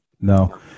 no